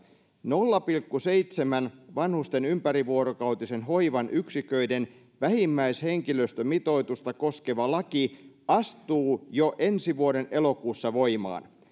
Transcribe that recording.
nolla pilkku seitsemän vanhusten ympärivuorokautisen hoivan yksiköiden vähimmäishenkilöstömitoitusta koskeva laki astuu jo ensi vuoden elokuussa voimaan